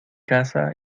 casa